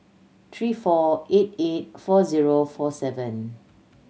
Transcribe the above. three four eight eight four zero four seven